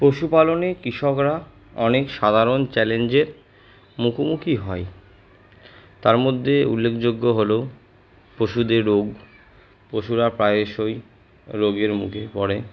পশুপালনে কৃষকরা অনেক সাধারণ চ্যালেঞ্জের মুখোমুখি হয় তার মধ্যে উল্লেখযোগ্য হল পশুদের রোগ পশুরা প্রায়শই রোগের মুখে পড়ে